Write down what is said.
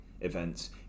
events